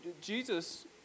Jesus